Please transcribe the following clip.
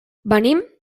venim